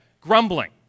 grumbling